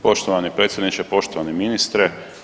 Poštovani predsjedniče, poštovani ministre.